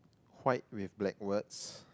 white with black words